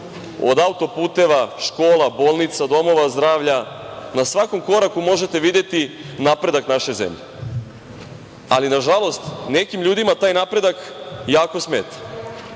od auto-puteva, škola, bolnica, domova zdravlja, na svakom koraku možete videti napredak naše zemlje, ali nažalost, nekim ljudima taj napredak jako smeta.